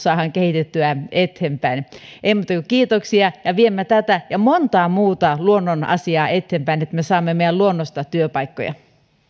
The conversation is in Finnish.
saamme kehitettyä eteenpäin ei muuta kuin kiitoksia ja viemme tätä ja montaa muuta luonnon asiaa eteenpäin että me saamme meidän luonnostamme työpaikkoja